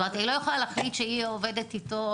כלומר היא לא יכולה להחליט שהיא עובדת איתו,